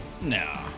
Nah